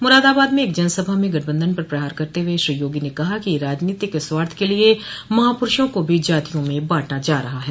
मुरादाबाद में एक जनसभा में गठबंधन पर प्रहार करते हुए श्री योगी ने कहा कि राजनीतिक स्वार्थ के लिये महापुरूषों को भी जातियों में बांटा जा रहा है